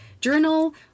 journal